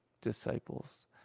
disciples